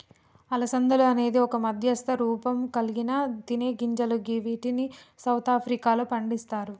అలసందలు అనేది ఒక మధ్యస్థ రూపంకల్గిన తినేగింజలు గివ్విటిని సౌత్ ఆఫ్రికాలో పండిస్తరు